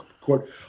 court